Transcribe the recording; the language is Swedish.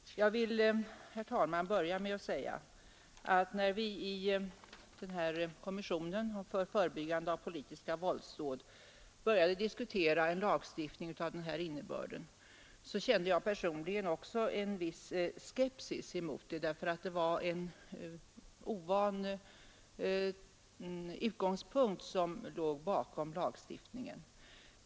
Jag vill, herr talman, först säga att när vi i kommissionen för förebyggande av politiska våldsdåd började diskutera en lagstiftning av den här innebörden, kände jag personligen också en viss skepsis, eftersom det var en ovan utgångspunkt som låg bakom lagstiftningen.